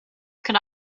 could